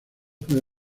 puede